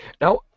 Now